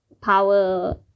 power